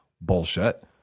bullshit